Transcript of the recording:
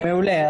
מעולה.